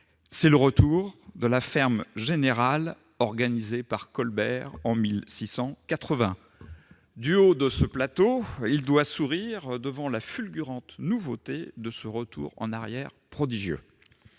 C'est le retour de la ferme générale organisée par Colbert en 1680. Du haut de ce plateau, il doit sourire devant la fulgurante nouveauté de ce retour en arrière prodigieux